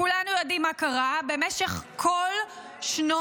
כולנו יודעים מה קרה: במשך כל שנות